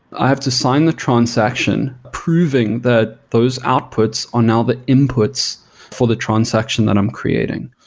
i have to sign the transaction proving that those outputs are now the inputs for the transaction that i'm creating.